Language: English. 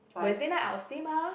Wednesday night I will stay mah